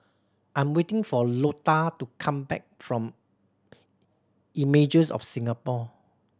I'm waiting for Lota to come back from Images of Singapore